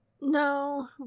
No